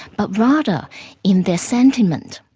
but rather in their sentiment.